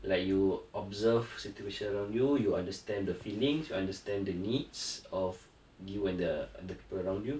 like you observe situation around you you understand the feelings you understand the needs of you and the and the people around you